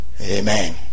Amen